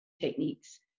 techniques